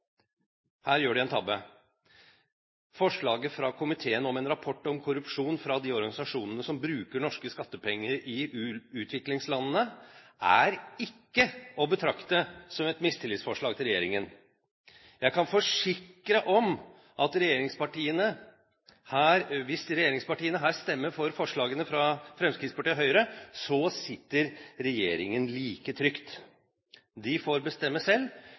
Her gjør de en tabbe. Forslaget i komiteen om en rapport om korrupsjon fra de organisasjonene som bruker norske skattepenger i utviklingslandene, er ikke å betrakte som et mistillitsforslag til regjeringen. Jeg kan forsikre om at hvis regjeringspartiene her stemmer for forslaget fra Fremskrittspartiet og Høyre, så sitter regjeringen like trygt. De får bestemme selv.